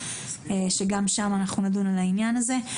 שגם אז נדון על העניין הזה.